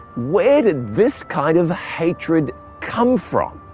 where did this kind of hatred come from?